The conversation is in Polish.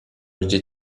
gdzie